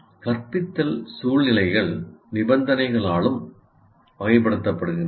கற்பித்தல் சூழ்நிலைகள் நிபந்தனைகளாலும் வகைப்படுத்தப்படுகின்றன